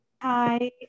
Hi